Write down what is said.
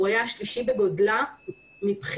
היא הייתה השלישית בגודלה מבחינת